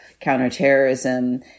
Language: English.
counterterrorism